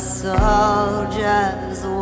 soldiers